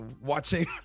watching